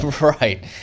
Right